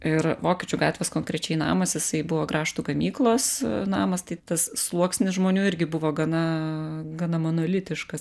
ir vokiečių gatvės konkrečiai namas jisai buvo grąžtų gamyklos namas tai tas sluoksnis žmonių irgi buvo gana gana monolitiškas